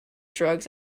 drugs